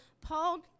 Paul